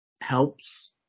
helps